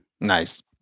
Nice